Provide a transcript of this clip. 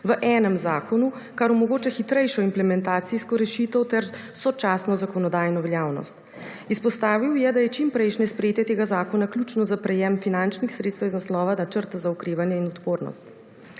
v enem zakonu, kar omogoča hitrejšo implementacijsko rešitev ter sočasno zakonodajno veljavnost. Izpostavil je, da je čim prejšnje sprejetje tega zakona ključno za prejem finančnih sredstev iz naslova načrta za okrevanje in odpornost.